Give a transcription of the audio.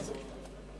בבקשה.